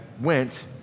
went